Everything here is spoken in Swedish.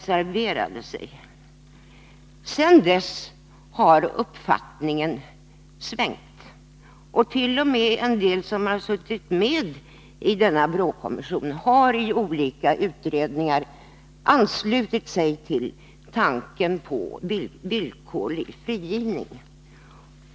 Sedan dess har uppfattningen svängt, och t.o.m. en del av dem som suttit med i BRÅ-kommissionen har i olika utredningar anslutit sig till tanken på villkorlig frigivning.